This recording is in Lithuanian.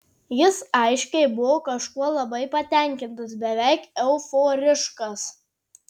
jis aiškiai buvo kažkuo labai patenkintas beveik euforiškas